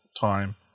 time